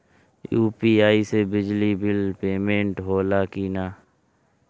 UPI से बिजली bill payment होला कि न?